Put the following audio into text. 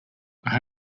are